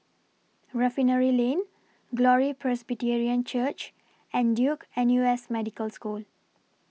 Refinery Lane Glory Presbyterian Church and Duke N U S Medical School